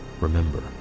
remember